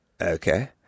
Okay